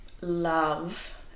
love